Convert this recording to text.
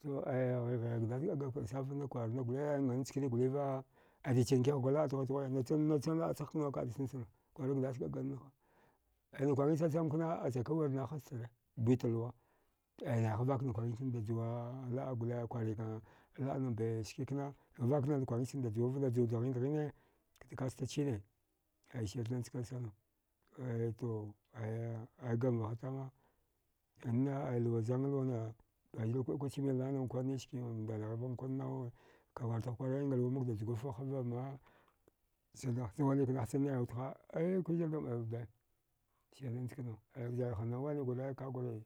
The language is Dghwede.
to aya ghighe gdass ga əaga nasan vana kwarna gole aya ngan chkini goliva dachin kihagwar laə dughude dughude nachin laəchagh kna kada chanchana kwara gdass da əagannaha aya nakuəaghi chacham kna achaka wirna haztara bitalwa ai naiha vakna kuəagicanda juaa a laəa gole, kwarika kwarika laəmbai skikna avakna kwagichanda juwava dajuwa dghiune kaəsta chine aya sirna chansana aya to aya gamvaha tama na ay luwa thag luwana yanzu kwaəil kuəach milnanankwa niski ndalaghi vgha nkwa nawawe kda kwarchagh kwakwara inga luwa makda jugufva havama chawainik nahcha nayawudha eh kwizil dam alaude sirn njkana ai vjarhana waini guru kagure.